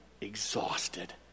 exhausted